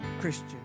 Christian